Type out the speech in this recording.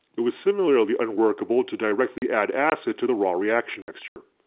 it was similarly unworkable to directly add acid to the raw reaction mixture.